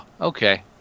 Okay